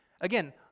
Again